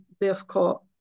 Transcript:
difficult